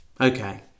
okay